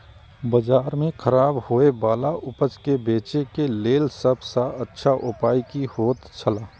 बाजार में खराब होय वाला उपज के बेचे के लेल सब सॉ अच्छा उपाय की होयत छला?